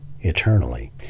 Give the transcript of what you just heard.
eternally